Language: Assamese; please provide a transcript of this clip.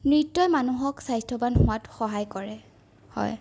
নৃত্যই মানুহক স্বাস্থ্যৱান হোৱাত সহায় কৰে হয়